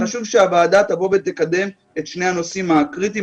חשוב שהוועדה תבוא ותקדם את שני הנושאים הקריטיים